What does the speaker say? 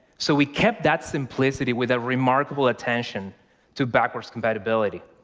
so we kept that simplicity with a remarkable attention to backwards compatibility.